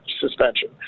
suspension